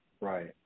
Right